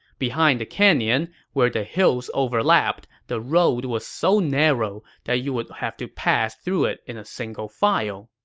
behind the canyon, where the hills overlapped, the road was so narrow that you would have to pass through it in a single file.